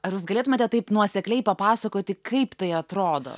ar jūs galėtumėte taip nuosekliai papasakoti kaip tai atrodo